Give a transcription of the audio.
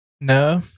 no